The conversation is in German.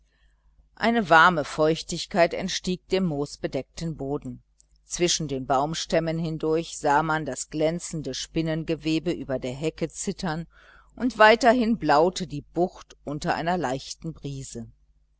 eine warme feuchtigkeit entstieg dem moosbedeckten boden zwischen den baumstämmen hindurch sah man das glänzende spinnengewebe über der hecke zittern und weiterhin blaute die bucht unter einer leichten brise